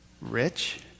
rich